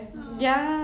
ah